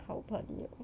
好朋友